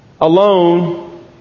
alone